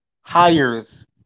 hires